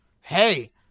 hey